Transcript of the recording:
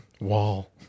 wall